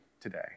today